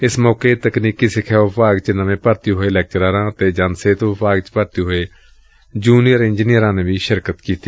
ਏਸ ਮੌਕੇ ਤਕਨੀਕੀ ਸਿਖਿਆ ਵਿਭਾਗ ਚ ਨਵੇ ਭਰਤੀ ਹੋਏ ਲੈਕਚਰਾਰਾਂ ਅਤੇ ਜਨ ਸਿਹਤ ਵਿਭਾਗ ਚ ਭਰਤੀ ਹੋਏ ਜੁ੍ਨੀਅਰ ਇੰਜਨੀਅਰਾਂ ਨੇ ਸ਼ਿਰਕਤ ਕੀਤੀ